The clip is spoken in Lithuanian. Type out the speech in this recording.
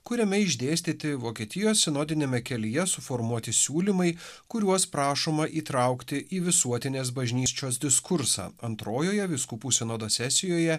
kuriame išdėstyti vokietijos sinodiniame kelyje suformuoti siūlymai kuriuos prašoma įtraukti į visuotinės bažnyčios diskursą antrojoje vyskupų sinodo sesijoje